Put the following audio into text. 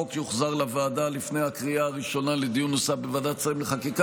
החוק יוחזר לוועדה לפני הקריאה הראשונה לדיון נוסף בוועדת השרים לחקיקה.